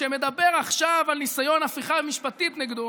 שמדבר עכשיו על ניסיון הפיכה משפטית נגדו